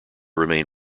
remain